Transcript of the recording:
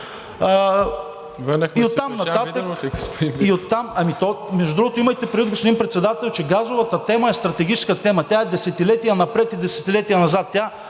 ТОМА БИКОВ: Между другото, имайте предвид, господин Председател, че газовата тема е стратегическа тема – тя е десетилетия напред и десетилетия назад.